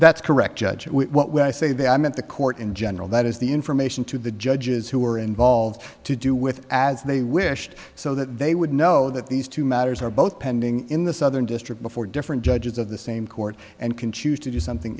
that's correct judge when i say that i meant the court in general that is the information to the judges who are involved to do with as they wished so that they would know that these two matters are both pending in the southern district before different judges of the same court and can choose to do something